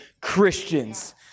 Christians